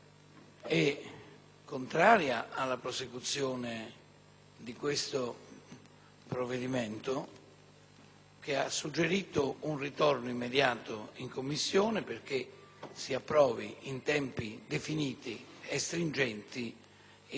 che ha suggerito un ritorno immediato in Commissione perché si approvi in tempi definiti e stringenti il disegno di legge sul testamento biologico